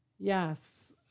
Yes